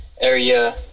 area